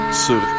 sur